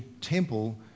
temple